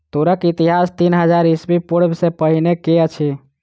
तूरक इतिहास तीन हजार ईस्वी पूर्व सॅ पहिने के अछि